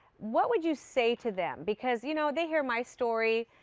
what would you say to them? because you know they hear my story,